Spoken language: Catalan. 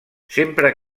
sempre